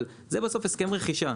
אבל זה בסוף הסכם רכישה.